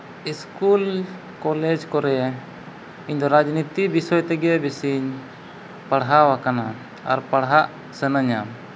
school college ᱠᱚᱨᱮ ᱤᱧᱫᱚ ᱨᱟᱡᱽᱱᱤᱛᱤ ᱵᱤᱥᱚᱭ ᱛᱮᱜᱮ ᱵᱮᱥᱤᱧ ᱯᱟᱲᱦᱟᱣ ᱠᱟᱱᱟ ᱟᱨ ᱯᱟᱲᱦᱟᱜ ᱥᱟᱱᱟᱧᱟ